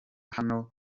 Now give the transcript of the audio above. hano